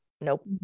nope